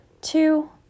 two